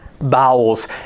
bowels